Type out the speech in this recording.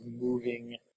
moving